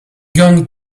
going